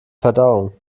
verdauung